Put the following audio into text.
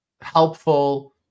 helpful